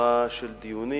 לסדרה של דיונים